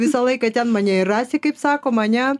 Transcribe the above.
visą laiką ten mane ir rasi kaip sakom ane